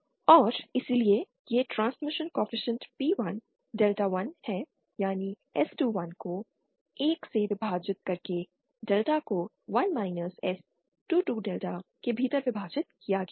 और इसलिए यह ट्रांसमिशन कॉएफिशिएंट P1 डेल्टा 1 है यानी S21 को 1 से विभाजित करके डेल्टा को 1 S 22 डेल्टा के भीतर विभाजित किया गया है